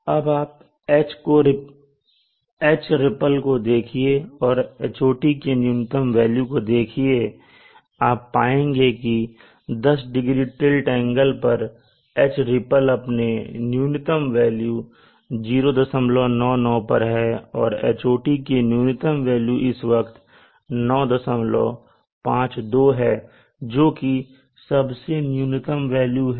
अब आप H ripple को देखिए और Hot की न्यूनतम वेल्यू को देखिए आप पाएंगे कि 10 डिग्री टिल्ट एंगल पर H रिप्पल अपने न्यूनतम वेल्यू 099 पर है और Hot की न्यूनतम वेल्यू इस वक्त 952 है जोकि सबसे बड़ी न्यूनतम वेल्यू है